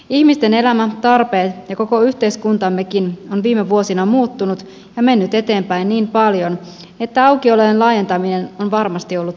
ihmisten elämä tarpeet ja koko yhteiskuntammekin on viime vuosina muuttunut ja mennyt eteenpäin niin paljon että aukiolojen laajentaminen on varmasti ollut välttämätöntä